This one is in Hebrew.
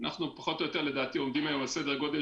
אנחנו פחות או יותר לדעתי עומדים היום על סדר גודל